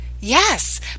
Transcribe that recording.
Yes